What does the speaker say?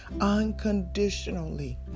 unconditionally